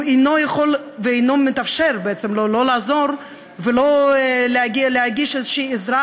הוא אינו יכול ולא מתאפשר לו בעצם לעזור ולהגיש עזרה